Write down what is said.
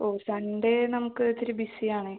ഓ Sunday നമുക്ക് ഇച്ചിരി busy ആണേ